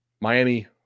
Miami